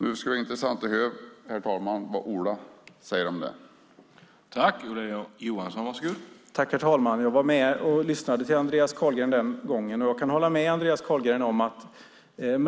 Det skulle vara intressant att höra, herr talman, vad Ola säger om det.